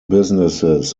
businesses